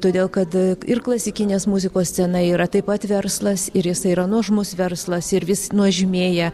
todėl kad ir klasikinės muzikos scena yra taip pat verslas ir jisai yra nuožmus verslas ir vis nuožmėja